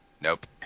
Nope